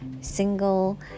single